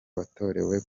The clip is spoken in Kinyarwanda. watorewe